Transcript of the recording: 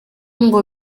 ngo